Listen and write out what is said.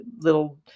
little